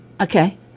Okay